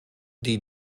die